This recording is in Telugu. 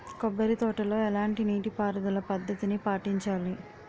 కొబ్బరి తోటలో ఎలాంటి నీటి పారుదల పద్ధతిని పాటించాలి?